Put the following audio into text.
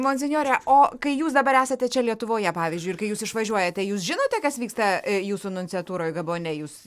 monsinjore o kai jūs dabar esate čia lietuvoje pavyzdžiui ir kai jūs išvažiuojate jūs žinote kas vyksta jūsų nunciatūroj gabone jūs